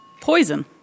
Poison